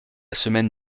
semaine